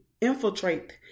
infiltrate